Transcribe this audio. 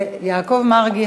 יעקב מרגי,